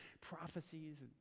prophecies